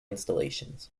installations